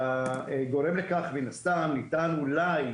הגורם לכך מן הסתם, ניתן אולי